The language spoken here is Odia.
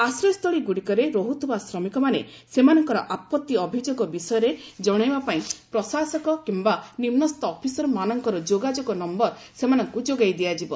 ଆଶ୍ରୟସ୍ଥଳୀଗୁଡ଼ିକରେ ରହ୍ତ୍ଧିବା ଶ୍ରମିକମାନେ ସେମାନଙ୍କର ଆପତ୍ତି ଅଭିଯୋଗ ବିଷୟରେ ଜଣାଇବାପାଇଁ ପ୍ରଶାସକ କିମ୍ବା ନିମ୍ବସ୍ଥ ଅଫିସରମାନଙ୍କର ଯୋଗାଯୋଗ ନମ୍ଭର ସେମାନଙ୍କୁ ଯୋଗାଇ ଦିଆଯିବ